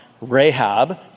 Rahab